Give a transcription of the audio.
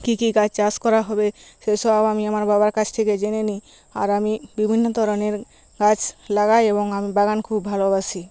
কী কী গাছ চাষ করা হবে সেসব আমি আমার বাবার কাছ থেকে জেনে নিই আর আমি বিভিন্ন ধরণের গাছ লাগাই এবং আমি বাগান খুব ভালোবাসি